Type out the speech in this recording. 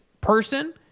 person